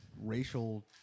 racial